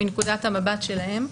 מנקודת המבט שלהם.